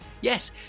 Yes